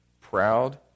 proud